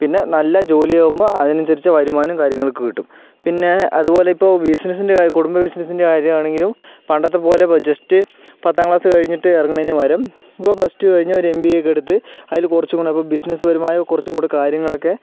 പിന്നെ നല്ല ജോലിയാവുമ്പോൾ അതിനനുസരിച്ച വരുമാനവും കാര്യങ്ങളൊക്കെ കിട്ടും പിന്നെ അതുപോലെയിപ്പോൾ ബിസ്നെസ്സിൻ്റെ കുടുംബ ബിസ്നെസ്സിൻ്റെ കാര്യമാണെങ്കിലും പണ്ടത്തെപ്പോലെ ജസ്റ്റ് പത്താം ക്ലാസ് കഴിഞ്ഞിട്ട് ഇറങ്ങണതിനു പകരം പ്ലസ് റ്റു കഴിഞ്ഞ് ഒരു എം ബി എ ഒക്കെ എടുത്ത് അതില് കുറച്ചും കൂടെ ബിസ്നെസ്സ്പരമായ കുറച്ചുംകൂടെ കാര്യങ്ങളൊക്കെ